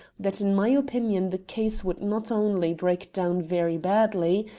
that in my opinion the case would not only break down very badly,